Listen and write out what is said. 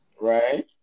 Right